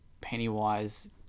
pennywise